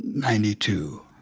ninety two,